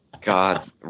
God